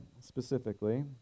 specifically